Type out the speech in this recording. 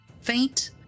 faint